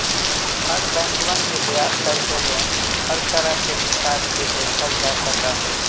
हर बैंकवन के ब्याज दर के लोन हर तरह के हिसाब से देखल जा सका हई